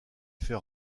fait